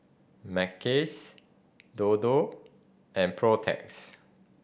Mackays Dodo and Protex